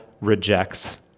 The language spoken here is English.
rejects